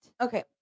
Okay